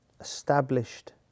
established